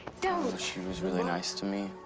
don't. she was really nice to me,